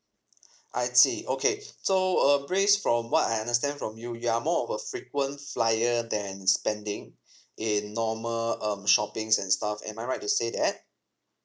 I see okay so um based from what I understand from you you are more of a frequent flyer than spending in normal um shoppings and stuff am I right to say that